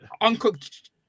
uncooked